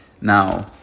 Now